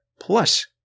plus